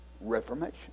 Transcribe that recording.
Reformation